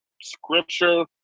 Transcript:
scripture